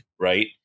right